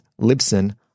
Libsyn